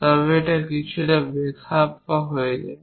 তবে এটি কিছুটা বেখাপ্পা হয়ে যায়